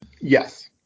Yes